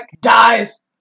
DIES